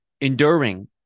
enduring